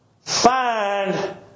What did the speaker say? find